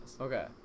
Okay